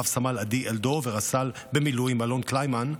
רס"ל עדי אלדור ורס"ל במילואים אלון קליינמן.